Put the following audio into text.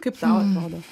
kaip tau atrodo